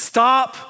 Stop